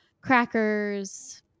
crackers